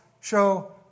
show